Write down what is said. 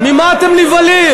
ממה אתם נבהלים?